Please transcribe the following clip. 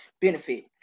benefit